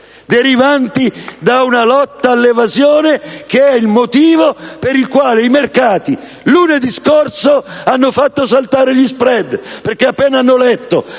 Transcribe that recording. da una lotta all'evasione, che è il motivo per il quale i mercati lunedì scorso hanno fatto saltare gli *spread*?Infatti, appena hanno letto